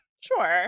Sure